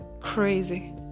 Crazy